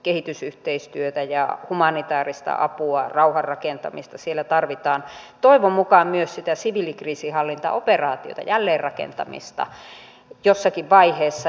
kehitysyhteistyötä ja humanitääristä apua rauhanrakentamista siellä tarvitaan toivon mukaan myös sitä siviilikriisinhallintaoperaatiota jälleenrakentamista jossakin vaiheessa